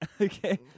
Okay